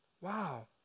Wow